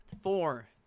Four